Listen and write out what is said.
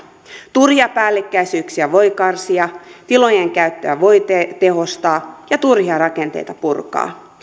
turhia päällekkäisyyksiä voi karsia tilojen käyttöä voi tehostaa ja turhia rakenteita purkaa